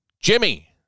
Jimmy